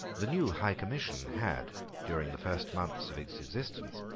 the new high commission had, during the first months of its existence,